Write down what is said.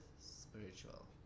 spiritual